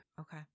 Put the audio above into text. Okay